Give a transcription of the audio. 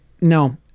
No